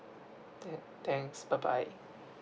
tha~ thanks bye bye